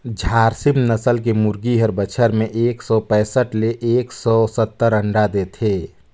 झारसीम नसल के मुरगी हर बच्छर में एक सौ पैसठ ले एक सौ सत्तर अंडा देथे